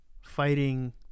fighting